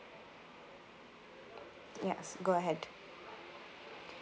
yes go ahead